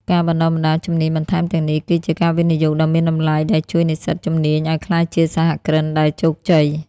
ការបណ្តុះបណ្តាលជំនាញបន្ថែមទាំងនេះ គឺជាវិនិយោគដ៏មានតម្លៃដែលជួយនិស្សិតជំនាញឱ្យក្លាយជាសហគ្រិនដែលជោគជ័យ។